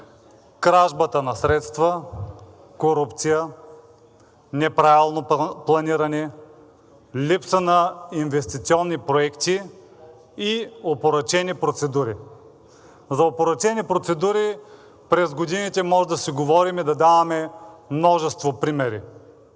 кражбата на средства, корупция, неправилно планиране, липса на инвестиционни проекти и опорочени процедури. За опорочени процедури през годините може да си говорим и да даваме множество примери,